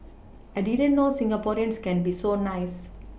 I didn't know Singaporeans can be so nice